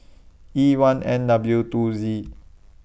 E one N W two Z